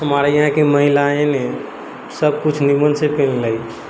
हमारे यहाँके महिलायैं सब किछु निमनसँ पहिनले